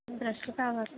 brush కావాలి